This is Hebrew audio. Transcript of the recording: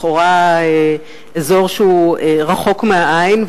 לכאורה אזור שהוא רחוק מהעין,